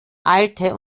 alte